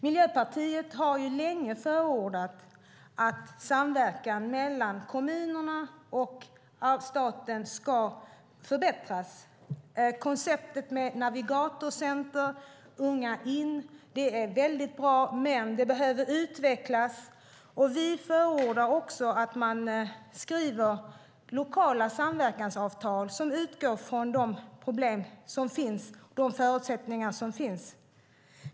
Miljöpartiet har länge förordat att samverkan mellan kommunerna och staten ska förbättras. Koncepten Navigatorcenter och Unga in är väldigt bra men behöver utvecklas. Vi förordar också att man skriver lokala samverkansavtal som utgår från de problem och förutsättningar som finns.